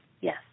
yes